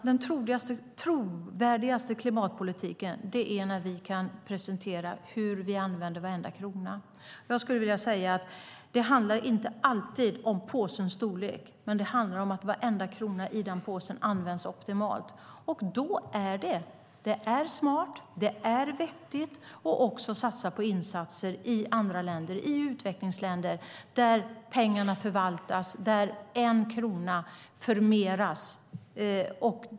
Herr talman! Den trovärdigaste klimatpolitiken är när vi kan presentera hur vi använder varenda krona. Jag skulle vilja säga att det inte alltid handlar om påsens storlek, men det handlar om att varenda krona i den påsen används optimalt. Då är det smart, då är det vettigt att också satsa på insatser i andra länder, i utvecklingsländer där pengarna förvaltas, där en krona förmeras.